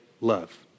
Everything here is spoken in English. love